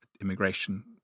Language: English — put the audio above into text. immigration